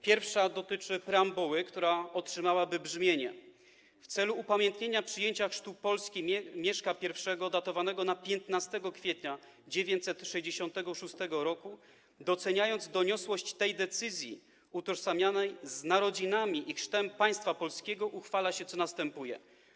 Pierwsza dotyczy preambuły, która otrzymałaby brzmienie: W celu upamiętnienia przyjęcia chrztu Polski Mieszka I, datowanego na 15 kwietnia 966 r., doceniając doniosłość tej decyzji, utożsamianej z narodzinami i chrztem państwa polskiego, uchwala się, co następuje.